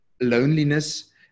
loneliness